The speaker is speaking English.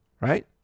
right